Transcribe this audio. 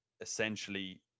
essentially